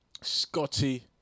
Scotty